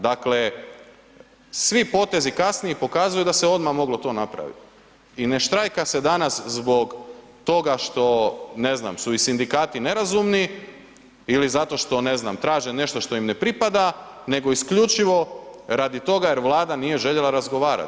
Dakle, svi potezi kasnije pokazuju da se odmah moglo to napraviti i ne štrajka se danas zbog toga što, ne znam, su i sindikati nerazumni ili zato što, ne znam, traže nešto što im ne pripada nego isključivo radit toga jer Vlada nije željela razgovarati.